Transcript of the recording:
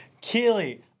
Keely